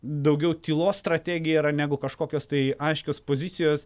daugiau tylos strategija yra negu kažkokios tai aiškios pozicijos